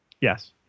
yes